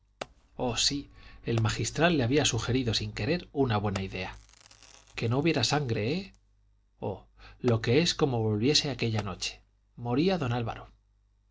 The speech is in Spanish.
oh sí el magistral le había sugerido sin querer una buena idea qué no hubiera sangre eh oh lo que es como volviese aquella noche moría don álvaro